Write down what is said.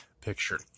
picture